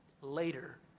later